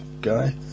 guy